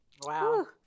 wow